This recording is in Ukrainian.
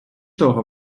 того